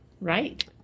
Right